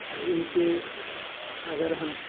ان کے اگر ہم